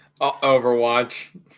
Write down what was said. Overwatch